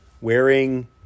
wearing